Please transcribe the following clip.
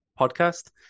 podcast